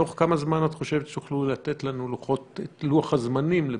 תוך כמה זמן את חושבת שתוכלו לתת לנו את לוח-הזמנים לביטול?